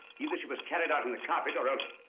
either she was carried out in the carpet or else